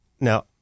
now